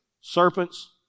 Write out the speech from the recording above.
serpents